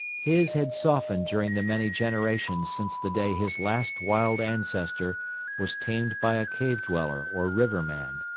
his had softened during the many generations since the day his last wild ancestor was tamed by a cave-dweller or river man.